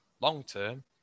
long-term